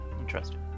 Interesting